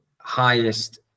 highest